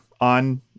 on